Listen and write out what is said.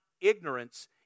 ignorance